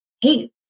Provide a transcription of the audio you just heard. Hey